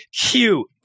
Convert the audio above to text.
cute